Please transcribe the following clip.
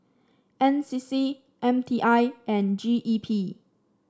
N C C M T I and G E P